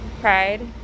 pride